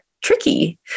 tricky